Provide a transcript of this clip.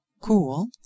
cool